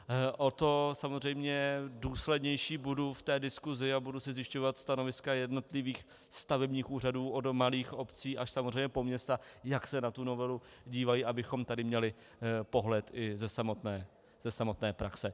O to samozřejmě důslednější budu v té diskusi a budu si zjišťovat stanoviska jednotlivých stavebních úřadů od malých obcí až samozřejmě po města, jak se na tu novelu dívají, abychom tady měli pohled i ze samotné praxe.